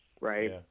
right